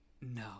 No